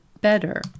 better